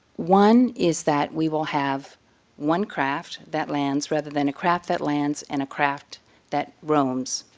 one is that we will have one craft that lands rather than a craft that lands and a craft that roams.